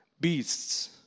beasts